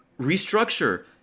Restructure